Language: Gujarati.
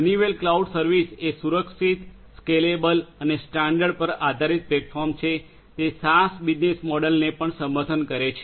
હનીવેલ ક્લાઉડ સર્વિસ એ સુરક્ષિત સ્કેલેબલ અને સ્ટાન્ડર્ડ પર આધારિત પ્લેટફોર્મ છે તે સાસ બિઝનેસ મોડલ્સને પણ સમર્થન કરે છે